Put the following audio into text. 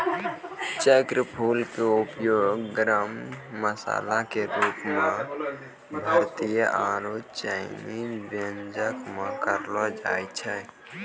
चक्रफूल के उपयोग गरम मसाला के रूप मॅ भारतीय आरो चायनीज व्यंजन म करलो जाय छै